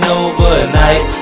overnight